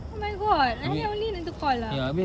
oh my god like that only need to call ah